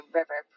River